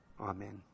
Amen